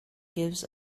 gives